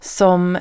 som